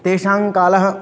तेषाङ्कालः